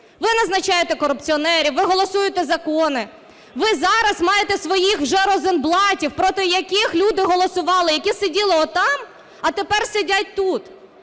Ви назначаєте корупціонерів, ви голосуєте закони. Ви зараз маєте своїх вже розенблатів, проти яких люди голосували, які сиділи отам, а тепер сидять тут.